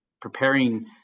preparing